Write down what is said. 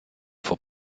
vor